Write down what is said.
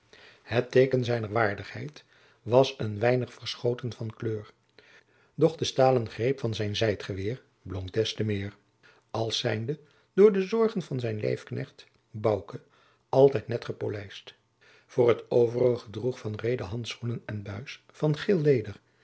het teeken zijner waardigheid was een weinig verschoten van kleur doch de stalen greep van zijn zijdgeweer blonk des te meer als zijnde door de zorgen van zijn lijfknecht bouke altijd net gepolijst voor het overige droeg van reede handschoenen en buis van